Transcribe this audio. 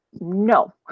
No